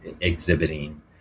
exhibiting